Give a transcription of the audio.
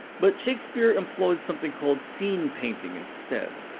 but shakespeare employed something called scene-painting instead.